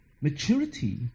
maturity